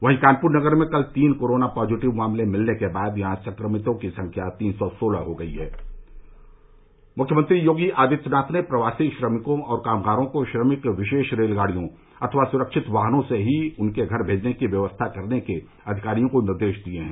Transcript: वहीं कानपुर नगर में कल तीन कोरोना पॉजिटिव मामले मिलने के बाद यहां संक्रमितों की संख्या तीन सौ सोलह हो गई है मुख्यमंत्री योगी आदित्यनाथ ने प्रवासी श्रमिकों और कामगारों को श्रमिक विशेष रेलगाड़ियों अथवा सुरक्षित वाहनों से ही उनके घर मेजने की व्यवस्था करने के अधिकारियों को निर्देश दिये हैं